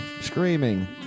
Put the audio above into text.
screaming